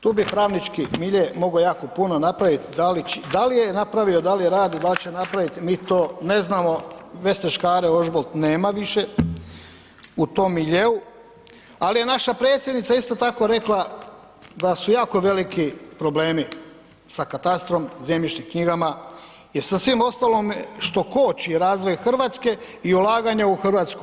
Tu bi pravnički milje mogo jako puno napravit, da li je napravio, da li radi, da li će napraviti mi to ne znamo, Vesne Škare Ožbolt nema više u tom miljeu, ali je naša predsjednica isto tako rekla da su jako veliki problemi sa katastrom, zemljišnim knjigama i sa svim ostalim što koči razvoj Hrvatske i ulaganja u Hrvatsku.